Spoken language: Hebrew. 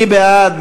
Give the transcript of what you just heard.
מי בעד?